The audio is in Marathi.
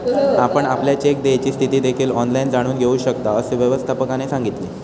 आपण आपल्या चेक देयची स्थिती देखील ऑनलाइन जाणून घेऊ शकता, असे व्यवस्थापकाने सांगितले